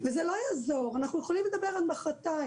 וזה לא יעזור, אנחנו יכולים לדבר עד מחרתיים.